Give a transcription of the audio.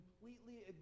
completely